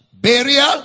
burial